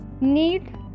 Need